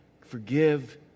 forgive